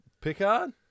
Picard